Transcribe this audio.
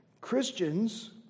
Christians